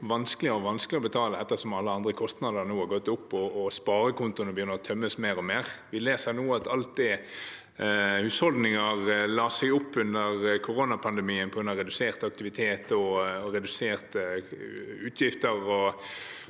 og vanskeligere å betale ettersom alle andre kostnader nå har gått opp og sparekontoene begynner å tømmes mer og mer. Vi leser nå at alt det husholdninger la seg opp under koronapandemien på grunn av redusert aktivitet, reduserte